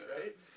right